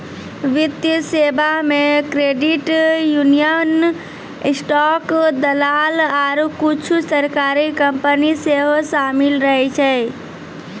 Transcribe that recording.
वित्तीय सेबा मे क्रेडिट यूनियन, स्टॉक दलाल आरु कुछु सरकारी कंपनी सेहो शामिल रहै छै